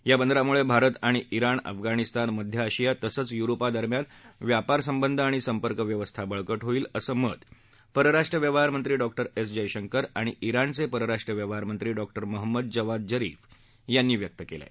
या बंदरामुळे भारत आणि इराण अफगाणिस्तान मध्य आशिया तसंच युरोपादरम्यान व्यापार संबंध आणि संपर्क व्यवस्था बळकट होईल असं मत परराष्ट्र व्यवहारमंत्री डॉक्टर एस जयशंकर अणि इराणचे परराष्ट्र व्यवहारमंत्री डॉक्टर महम्मद जवाद जरीफ यांनी व्यक्त केला आहे